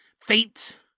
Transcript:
fate